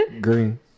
Green